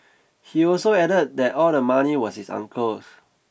he also added that all the money was his uncle's